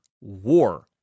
war